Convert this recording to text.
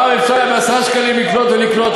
פעם אפשר היה ב-10 שקלים לקנות ולקנות,